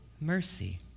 mercy